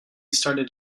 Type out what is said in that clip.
started